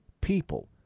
people